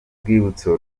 rwibutso